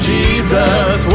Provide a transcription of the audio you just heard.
Jesus